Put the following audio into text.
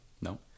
No